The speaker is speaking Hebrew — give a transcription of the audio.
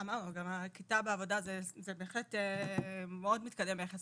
גם הכיתה בעבודה זה בהחלט מאוד מתקדם ביחס